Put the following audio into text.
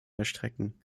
erstrecken